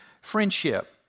friendship